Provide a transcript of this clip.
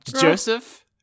Joseph